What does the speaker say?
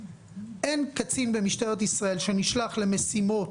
אין קצין במשטרת ישראל שנשלח למשימות